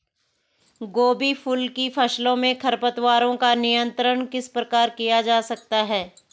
गोभी फूल की फसलों में खरपतवारों का नियंत्रण किस प्रकार किया जा सकता है?